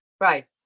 Right